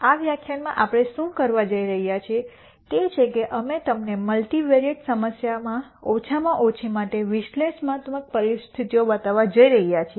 આ વ્યાખ્યાનમાં આપણે શું કરવા જઈ રહ્યા છીએ તે છે કે અમે તમને મલ્ટિવેરિયેટ સમસ્યામાં ઓછામાં ઓછી માટે વિશ્લેષણાત્મક પરિસ્થિતિઓ બતાવવા જઈ રહ્યા છીએ